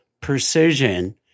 precision